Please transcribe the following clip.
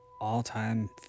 all-time